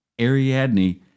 Ariadne